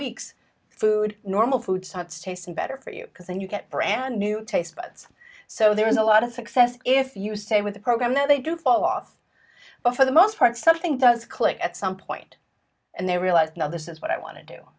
weeks food normal food sites taste better for you because then you get brand new taste buds so there's a lot of success if you stay with the program that they do fall off but for the most part something does click at some point and they realize now this is what i want to do